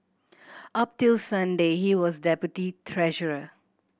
up till Sunday he was deputy treasurer